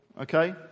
Okay